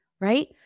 right